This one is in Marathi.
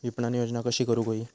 विपणन योजना कशी करुक होई?